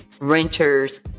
renters